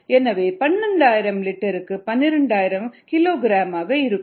எனவே 12000 லிட்டருக்கு 12000 கிலோகிராமாக இருக்கும்